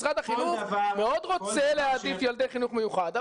משרד החינוך מאוד רוצה להעדיף ילדי חינוך מיוחד.